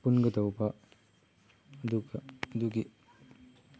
ꯄꯨꯟꯒꯗꯧꯕ ꯑꯗꯨꯒ ꯑꯗꯨꯒꯤ